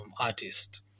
artist